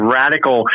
radical